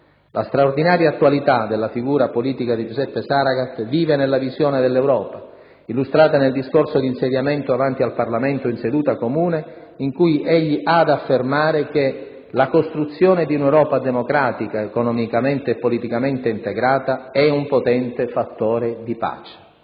La straordinaria attualità della figura politica di Giuseppe Saragat vive nella visione dell'Europa, illustrata nel discorso di insediamento avanti al Parlamento in seduta comune, in cui egli ha ad affermare che «la costruzione di un'Europa democratica, economicamente e politicamente integrata, è un potente fattore di pace».